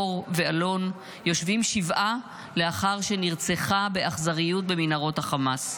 אור ואלון יושבים שבעה לאחר שנרצחה באכזריות במנהרות החמאס.